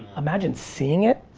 imagine seeing it,